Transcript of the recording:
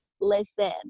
listen